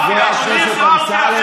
חבר הכנסת אמסלם,